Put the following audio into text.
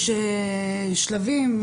יש שלבים,